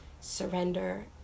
surrender